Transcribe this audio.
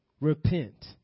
Repent